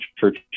church